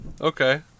Okay